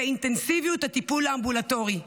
ואינטנסיביות הטיפול האמבולטורי.